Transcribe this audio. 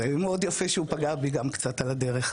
זה היה מאוד יפה שהוא פגע בי גם קצת על הדרך.